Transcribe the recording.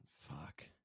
fuck